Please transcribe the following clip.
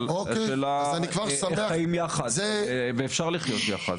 השאלה כיצד ניתן לחיות יחד וניתן לחיות יחד.